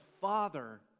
father